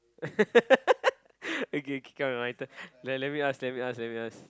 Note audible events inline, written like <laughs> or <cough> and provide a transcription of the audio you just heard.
<laughs> okay K K come my turn let let me ask let me ask let me ask